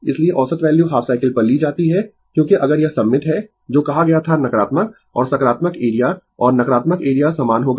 इसलिए औसत value half cycle पर ली जाती है क्योंकि अगर यह सममित है जो कहा गया था नकारात्मक और सकारात्मक एरिया और नकारात्मक एरिया समान होगा